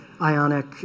Ionic